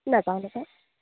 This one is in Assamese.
নাযাওঁ নাযাওঁ